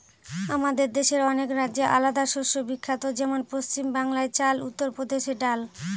আমাদের দেশের অনেক রাজ্যে আলাদা শস্য বিখ্যাত যেমন পশ্চিম বাংলায় চাল, উত্তর প্রদেশে ডাল